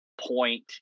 point